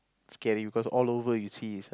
scary because all over you see is